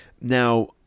Now